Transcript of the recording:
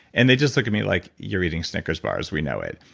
and they just look at me, like you're eating snickers bars, we know it.